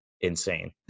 insane